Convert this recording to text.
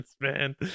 man